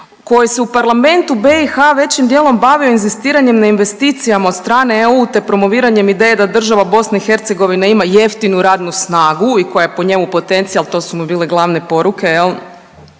koji se u parlamentu BiH većim dijelom bavio inzistiranjem na investicijama od strane EU, te promoviranjem ideje da država BiH ima jeftinu radnu snagu i koja je po njemu potencijal. To su mu bile glavne poruke isto